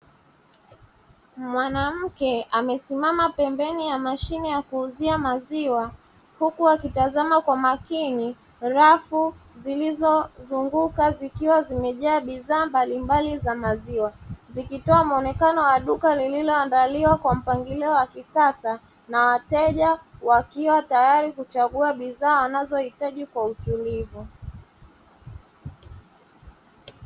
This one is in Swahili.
Mwanamke amesimama pembeni ya mashine ya kuuzia maziwa huku akitazama kwa makini rafu zilizo zunguka zikiwa zimejaa bidhaa mbalimbali za maziwa, zikitoa muonekano wa duka lililo andaliwa kwa mpangilio wa kisasa na watsja wakiwa tayari kuchagua bidhaa wanazohitaji kwa utulivu.